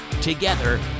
together